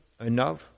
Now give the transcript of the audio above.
enough